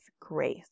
grace